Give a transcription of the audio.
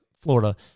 Florida